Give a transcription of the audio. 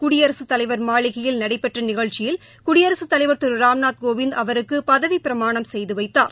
குடியரசுத் தலைவர் மாளிகையில் நடைபெற்ற நிகழ்ச்சியில் குடியரசுத் தலைவர் திரு ராம்நாத் கோவிந்த் அவருக்கு பதவிப் பிரமாணம் செய்து வைத்தார்